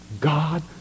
God